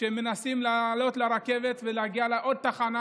כשהם מנסים לעלות לרכבת ולהגיע לעוד תחנה,